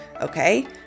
Okay